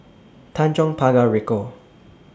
Tanjong Pagar Ricoh